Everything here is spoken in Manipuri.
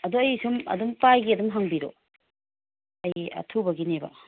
ꯑꯗꯣ ꯑꯩ ꯁꯨꯝ ꯑꯗꯨꯝ ꯄꯥꯏꯒꯦ ꯑꯗꯨꯝ ꯍꯪꯕꯤꯔꯣ ꯑꯩ ꯑꯊꯨꯕꯒꯤꯅꯦꯕ